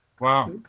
Wow